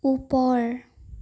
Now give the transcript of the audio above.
ওপৰ